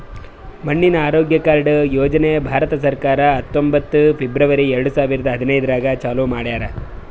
ಮಣ್ಣಿನ ಆರೋಗ್ಯ ಕಾರ್ಡ್ ಯೋಜನೆ ಭಾರತ ಸರ್ಕಾರ ಹತ್ತೊಂಬತ್ತು ಫೆಬ್ರವರಿ ಎರಡು ಸಾವಿರ ಹದಿನೈದರಾಗ್ ಚಾಲೂ ಮಾಡ್ಯಾರ್